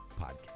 podcast